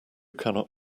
cannot